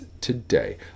Today